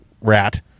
rat